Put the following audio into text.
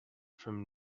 from